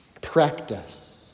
practice